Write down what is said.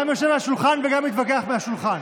גם יושב על השולחן וגם מתווכח מהשולחן.